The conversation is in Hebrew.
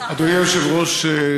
אדוני היושב-ראש,